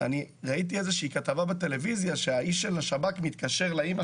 ראיתי כתבה בטלוויזיה שאיש השב"כ מתקשר לאימא